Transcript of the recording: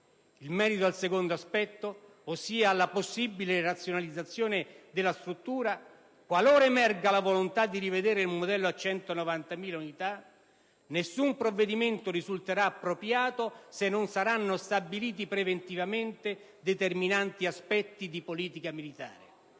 In merito al secondo aspetto, ossia la possibile razionalizzazione della struttura, qualora emerga la volontà di rivedere il modello a 190.000 unità, nessun provvedimento risulterà appropriato, se non saranno stabiliti preventivamente determinanti aspetti di politica militare.